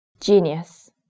Genius